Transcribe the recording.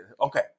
okay